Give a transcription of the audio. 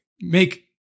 make